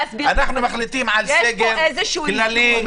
כשאנחנו מסתכלים על כמות המאומתים אנחנו רואים שהיינו בפחות